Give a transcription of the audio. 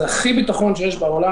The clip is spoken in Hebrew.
זה הכי ביטחון שיש בעולם.